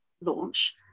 launch